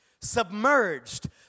submerged